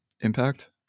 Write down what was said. impact